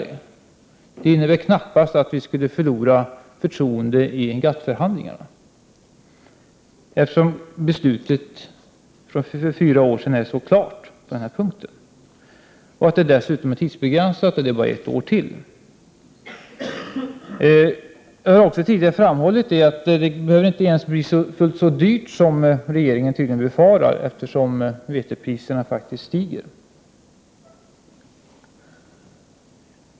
Det innebär knappast att Sverige skulle förlora förtroende i GATT-förhandlingarna, eftersom beslutet för fyra år sedan är så klart på denna punkt. Dessutom är det tidsbegränsat och gäller endast ett år till. Jag har också tidigare framhållit att det inte ens behöver bli fullt så dyrt som regeringen tydligen befarar, eftersom vetepriserna faktiskt stiger.